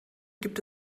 gibt